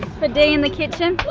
for dee in the kitchen?